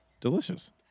Delicious